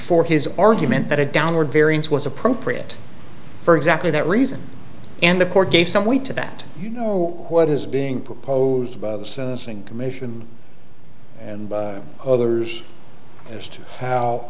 for his argument that a downward variance was appropriate for exactly that reason and the court gave some weight to that you know what is being proposed by the sentencing commission and others as to how